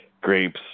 grapes